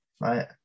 right